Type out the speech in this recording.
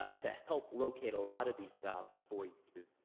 ah to help locate a lot of these jobs for you,